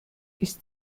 ist